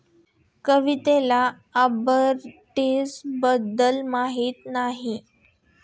कविताला आर्बिट्रेजबद्दल माहिती नाही